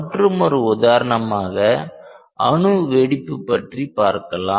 மற்றுமொரு உதாரணமாக அணுவெடிப்பு பற்றி பார்க்கலாம்